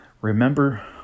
remember